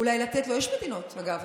אגב,